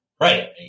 Right